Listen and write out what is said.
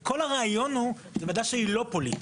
וכל הרעיון הוא ועדה שהיא לא פוליטית.